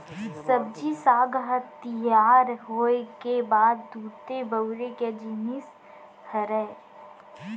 सब्जी साग ह तियार होए के बाद तुरते बउरे के जिनिस हरय